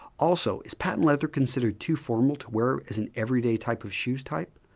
also, is patent leather considered too formal to wear as an every day type of shoes type?